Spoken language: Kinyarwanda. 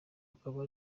akaba